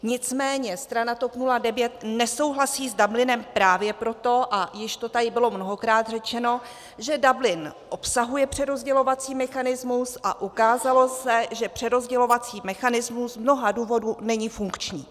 Nicméně strana TOP 09 nesouhlasí s Dublinem právě proto, a již to tady bylo mnohokrát řečeno, že Dublin obsahuje přerozdělovací mechanismus a ukázalo se, že přerozdělovací mechanismus z mnoha důvodů není funkční.